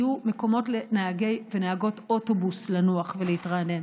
יהיו מקומות לנהגי ולנהגות אוטובוס לנוח ולהתרענן.